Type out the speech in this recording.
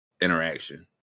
interaction